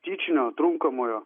tyčinio trunkamojo